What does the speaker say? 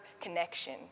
connection